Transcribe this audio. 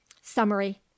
Summary